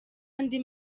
andi